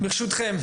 ברשותכם.